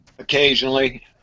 occasionally